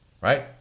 right